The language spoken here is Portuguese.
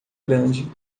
grande